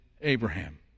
Abraham